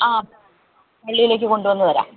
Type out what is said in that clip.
അ പള്ളിയിലേക്ക് കൊണ്ടുവന്ന് തരാം